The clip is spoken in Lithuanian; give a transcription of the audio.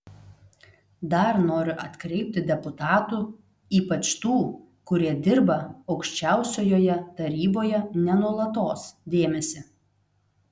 dar noriu atkreipti deputatų ypač tų kurie dirba aukščiausiojoje taryboje ne nuolatos dėmesį